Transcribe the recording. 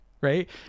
right